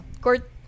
Court